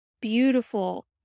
beautiful